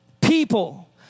people